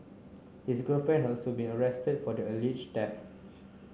his girlfriend had also been arrested for the alleged theft